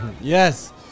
Yes